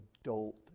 adult